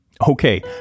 Okay